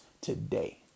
today